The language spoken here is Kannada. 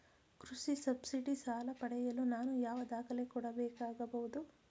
ಕೃಷಿ ಸಬ್ಸಿಡಿ ಸಾಲ ಪಡೆಯಲು ನಾನು ಯಾವ ದಾಖಲೆ ಕೊಡಬೇಕಾಗಬಹುದು?